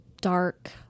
dark